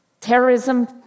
terrorism